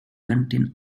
contain